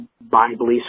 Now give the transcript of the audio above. Bible